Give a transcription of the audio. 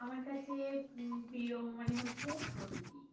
আমার কাছে প্রিয় মানে হচ্ছে প্রকৃতি